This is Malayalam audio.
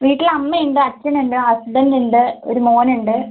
വീട്ടിൽ അമ്മ ഉണ്ട് അച്ഛനുണ്ട് ഹസ്ബൻഡ് ഉണ്ട് ഒരു മോനുണ്ട്